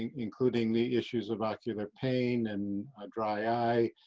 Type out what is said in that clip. and including the issues of ocular pain and dry eye.